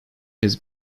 his